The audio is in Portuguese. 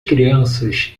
crianças